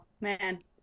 man